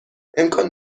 امکان